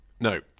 No